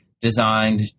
designed